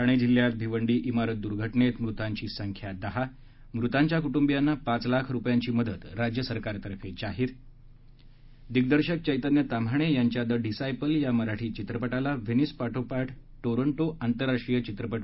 ठाणे जिल्ह्यात भिवंडी इमारत दूर्घटनेत मृतांची संख्या दहा मृतांच्या कुटुंबियांना पाच लाख रुपयांची मदत राज्यसरकारतफे जाहीर दिग्दर्शक चैतन्य ताम्हाणे यांच्या द डिसायपल या मराठी चित्रपटाला व्हेनिस पाठोपाठ टोरंटो आंतरराष्ट्रीय चित्रपट